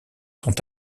sont